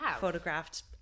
photographed